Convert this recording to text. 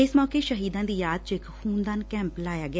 ਇਸ ਮੌਕੇ ਸ਼ਹੀਦਾਂ ਦੀ ਯਾਦ ਚ ਇਕ ਖੁਨਦਾਨ ਕੈਂਪ ਲਾਇਆ ਗਿਆ